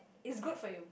it's good for you